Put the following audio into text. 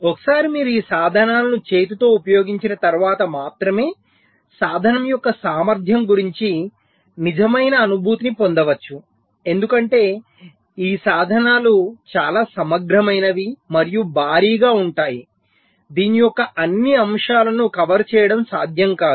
ఒకసారి మీరు ఈ సాధనాలను చేతితో ఉపయోగించిన తర్వాత మాత్రమే సాధనం యొక్క సామర్ధ్యం గురించి నిజమైన అనుభూతిని పొందవచ్చు ఎందుకంటే ఈ సాధనాలు చాలా సమగ్రమైనవి మరియు భారీగా ఉంటాయి దీని యొక్క అన్ని అంశాలను కవర్ చేయడం సాధ్యం కాదు